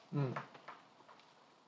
mm